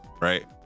Right